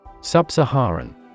Sub-Saharan